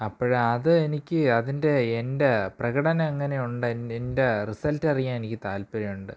അപ്പോഴതെനിക്ക് അതിൻ്റെ എൻ്റെ പ്രകടനം എങ്ങനെ ഉണ്ട് എൻ്റെ റിസൾട്ട് അറിയാൻ എനിക്ക് താത്പര്യമുണ്ട്